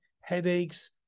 headaches